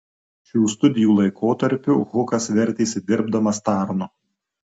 šių studijų laikotarpiu hukas vertėsi dirbdamas tarnu